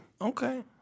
Okay